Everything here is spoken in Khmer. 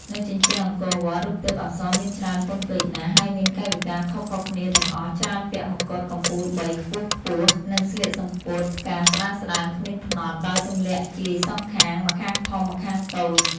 នៅជញ្ជាំងអង្គរវត្ដ រូបទេពអប្សរមានច្រើនពន់ពេកណាស់ ហើយមានកាយវិការខុសៗគ្នាទាំងអស់ ច្រើនពាក់មកុដកំពូលបីខ្ពស់ៗ និងស្លៀកសំពត់ផ្កាស្ដើងៗគ្មានផ្នត់ ដោយទម្លាក់ជាយសងខាង ម្ខាងធំ ម្ខាងតូច ។